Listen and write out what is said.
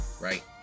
Right